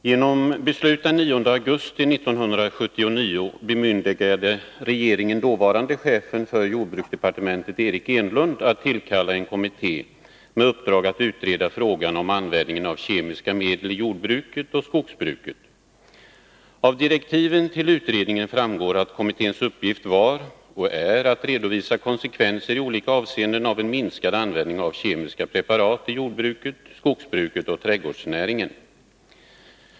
Genom beslut den 9 augusti 1979 bemyndigade regeringen dåvarande chefen för jordbruksdepartementet Eric Enlund att tillkalla en kommitté med uppdrag att utreda frågan om användningen av kemiska Av direktiven till utredningen framgår att kommitténs uppgift var, och är, Onsdagen den att redovisa konsekvenser i olika avseenden av en minskad användning av 14 april 1982 kemiska preparat i jordbruket, skogsbruket och trädgårdsnäringen.